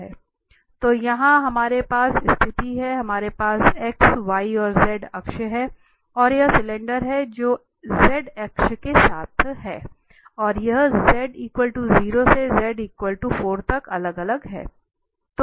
तो यहां हमारे पास स्थिति है हमारे पास x y और z अक्ष है और यह सिलेंडर है जो z अक्ष के साथ है और यह z 0 से z 4 तक अलग अलग है